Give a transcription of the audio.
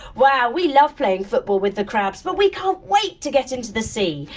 wow. we love playing football with the crabs, but we can't wait to get into the sea.